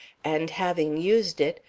and having used it,